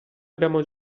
abbiamo